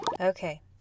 okay